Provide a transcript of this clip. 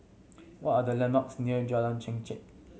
what are the landmarks near Jalan Chengkek